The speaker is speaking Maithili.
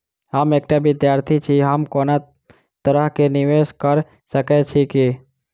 हम एकटा विधार्थी छी, हम कोनो तरह कऽ निवेश कऽ सकय छी की?